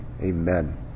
Amen